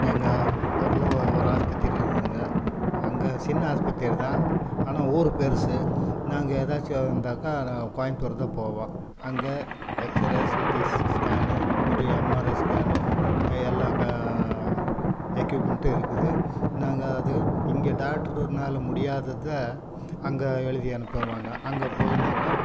எங்க ஊரில் ஒரு ஒரு ஆஸ்பத்திரி இருக்குதுங்க அங்கே சின்ன ஆஸ்பத்திரிதான் ஆனால் ஊர் பெரிசு நாங்கள் ஏதாச்சும் வந்தாக்கா நாங்கள் கோயம்புத்தூர்தான் போவோம் அங்கே எக்ஸ்ரே சிடி ஸ்கேனு மற்றும் எம்ஆர்ஐ ஸ்கேனு அதுமாரி எல்லா எக்யூப்மெண்ட்டும் இருக்குது நாங்கள் அது இங்கே டாக்டருங்கனால் முடியாததை அங்கே எழுதி அனுப்புவாங்க அங்கே போய் நாங்கள்